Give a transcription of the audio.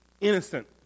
innocent